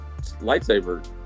lightsaber